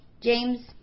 James